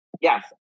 yes